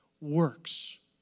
works